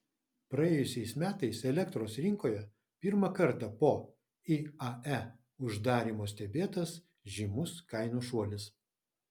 praėjusiais metais elektros rinkoje pirmą kartą po iae uždarymo stebėtas žymus kainų šuolis